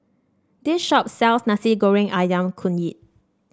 this shop sells Nasi Goreng ayam Kunyit